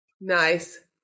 Nice